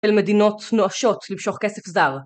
של מדינות נואשות למשוך כסף זר.